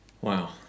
Wow